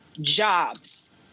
jobs